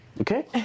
Okay